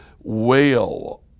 Wail